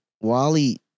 Wally